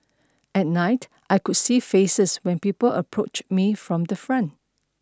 at night I could see faces when people approached me from the front